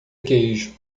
queijo